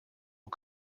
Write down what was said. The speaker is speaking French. aux